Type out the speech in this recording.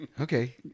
Okay